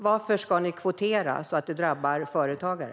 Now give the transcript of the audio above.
Varför ska ni kvotera så att det drabbar företagare?